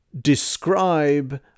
describe